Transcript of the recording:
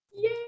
Yay